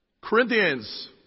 Corinthians